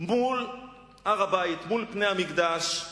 מול הר-הבית, מול פני המקדש,